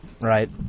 right